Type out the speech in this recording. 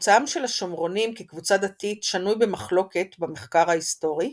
מוצאם של השומרונים כקבוצה דתית שנוי במחלוקת במחקר ההיסטורי,